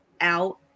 out